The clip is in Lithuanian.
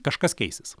kažkas keisis